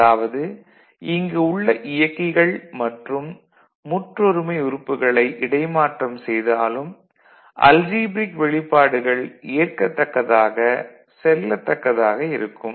அதாவது இங்கு உள்ள இயக்கிகள் மற்றும் முற்றொருமை உறுப்புகளை இடைமாற்றம் செய்தாலும் அல்ஜீப்ரிக் வெளிப்பாடுகள் ஏற்கத்தக்கதாக செல்லத்தக்கதாக இருக்கும்